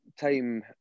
time